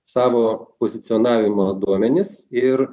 savo pozicionavimo duomenis ir